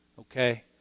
okay